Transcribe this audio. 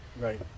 Right